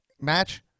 match